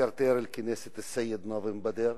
סכרתיר אל-כנסת א-סיד נאזם בדר,